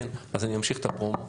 אני אמשיך את הפרומו.